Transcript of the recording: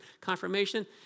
confirmation